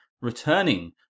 returning